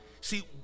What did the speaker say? See